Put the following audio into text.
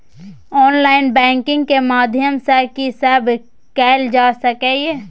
Online banking के माध्यम सं की सब कैल जा सके ये?